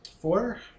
Four